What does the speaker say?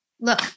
look